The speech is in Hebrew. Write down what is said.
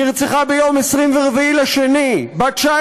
נרצחה ביום 24 בפברואר, בת 19,